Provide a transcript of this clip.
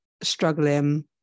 struggling